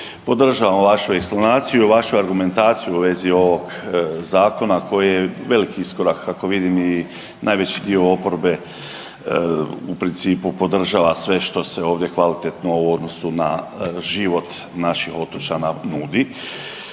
podržavam vašu eksplanaciju, vašu argumentaciju u vezi ovog zakona koji je veliki iskorak, kako vidim i najveći dio oporbe u principu podržava sve što se ovdje kvalitetno u odnosu na život naših otočana nudi.